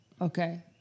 Okay